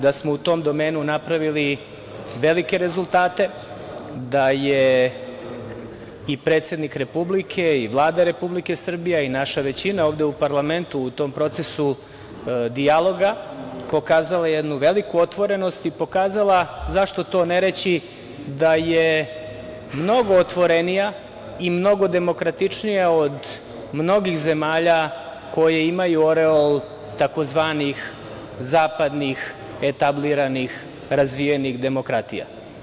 Da smo u tom domenu napravili velike rezultate, da je i predsednik Republike i Vlada Republike Srbije, a i naša većina ovde u parlamentu u tom procesu dijaloga pokazala jednu veliku otvorenost i pokazala, zašto to ne reći, da je mnogo otvorenija i mnogo demokratičnija od mnogih zemalja koje imaju oreol tzv. zapadnih etabliranih razvijenih demokratija.